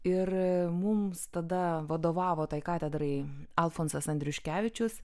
ir mums tada vadovavo katedrai alfonsas andriuškevičius